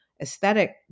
aesthetic